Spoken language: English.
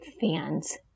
fans